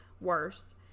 worse